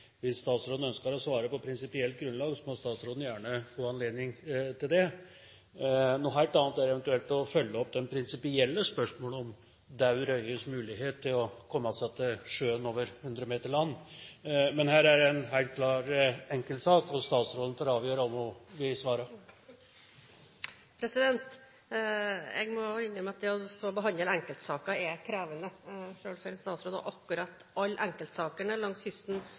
Hvis statsråden ønsker å svare på prinsipielt grunnlag, må statsråden gjerne få anledning til det. Noe helt annet er å følge opp det prinsipielle spørsmålet om død røyes mulighet til å komme seg til sjøen over 100 meter land – men her er det en helt klar enkeltsak, og statsråden får avgjøre om hun vil svare. Jeg må innrømme at å stå og behandle enkeltsaker er krevende, selv for en statsråd, og akkurat alle enkeltsakene langs kysten